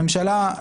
הממשלה,